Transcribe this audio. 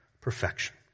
Perfection